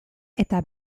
eta